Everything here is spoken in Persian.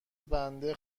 بنده